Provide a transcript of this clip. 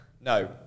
No